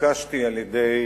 התבקשתי על-ידי